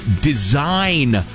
design